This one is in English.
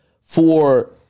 for-